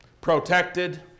protected